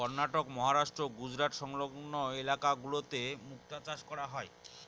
কর্ণাটক, মহারাষ্ট্র, গুজরাট সংলগ্ন ইলাকা গুলোতে মুক্তা চাষ করা হয়